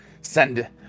send